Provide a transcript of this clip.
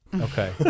okay